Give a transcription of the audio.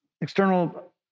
External